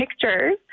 pictures